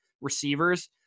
receivers